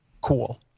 cool